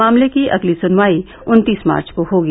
मामले की अगली सुनवाई उन्तीस मार्च को होगी